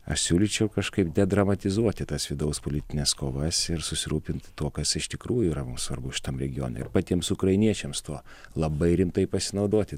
aš siūlyčiau kažkaip dedramatizuoti tas vidaus politines kovas ir susirūpinti tuo kas iš tikrųjų yra mum svarbu šitam regione ir patiems ukrainiečiams tuo labai rimtai pasinaudoti